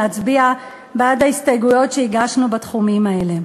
להצביע בעד ההסתייגויות שהגשנו בתחומים האלה: